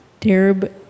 Derb